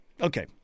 Okay